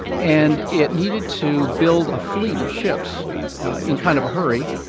and it needed to build a fleet of ships in kind of a hurry.